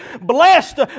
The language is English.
blessed